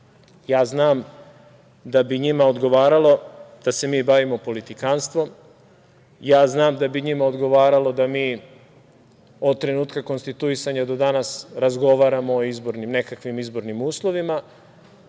Znam da bi njima odgovaralo da se mi bavimo politikanstvom, ja znam da bi njima odgovaralo da mi od trenutka konstituisanja do danas razgovaramo o nekakvim izbornim uslovima,